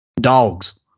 dogs